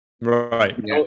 right